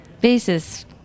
Basis